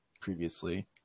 previously